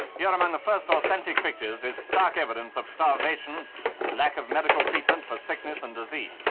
here among the first authentic pictures is stark evidence of starvation and lack of medical treatment for sickness and disease.